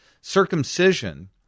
circumcision